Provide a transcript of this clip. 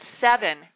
seven